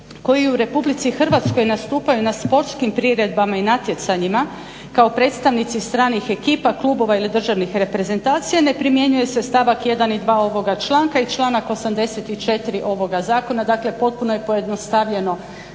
koji u Republici Hrvatskoj nastupaju na sportskim priredbama i natjecanjima kao predstavnici stranih ekipa, klubova ili državnih reprezentacija, ne primjenjuje se stavak 1. i 2. ovoga članka i članak 84. ovoga zakona. Dakle potpuno je pojednostavljeno